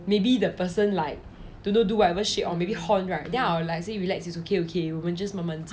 maybe the person like don't know do whatever shit or maybe horn right then maybe I will like say relax it's okay okay 我们 just 慢慢讲